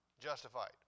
justified